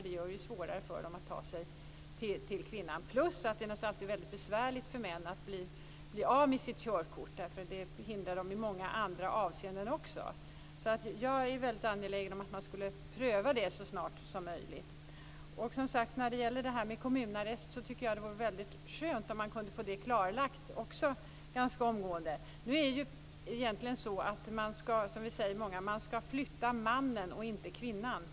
Det gör det svårare för dem att ta sig till kvinnan. Dessutom är det alltid besvärligt för män att bli av med sitt körkort, därför att det hindrar dem också i många andra avseenden. Jag är angelägen om att man prövar det så snart som möjligt. Det vore skönt om man också kunde få förslaget om kommunarrest klarlagt omgående. Vi är många som säger att man ska flytta mannen och inte kvinnan.